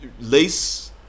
lace